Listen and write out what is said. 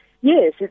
yes